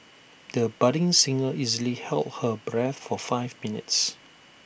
the budding singer easily held her breath for five minutes